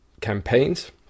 campaigns